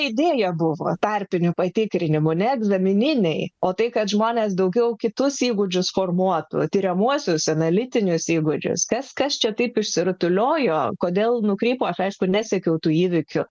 idėja buvo tarpinių patikrinimų ne egzamininiai o tai kad žmonės daugiau kitus įgūdžius formuotų tiriamuosius analitinius įgūdžius kas kas čia taip išsirutuliojo kodėl nukrypo aš aišku nesekiau tų įvykių